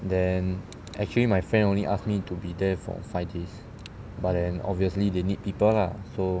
then actually my friend only ask me to be there for five days but then obviously they need people lah so